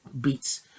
beats